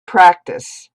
practice